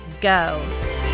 go